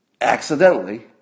accidentally